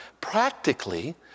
practically